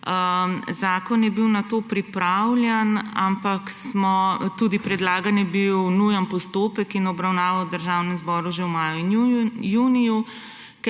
Zakon je bil nato pripravljen, tudi predlagan je bil nujen postopek in obravnava v Državnem zboru že v maju in juniju.